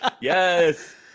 Yes